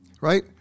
right